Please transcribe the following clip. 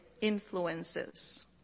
influences